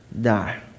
die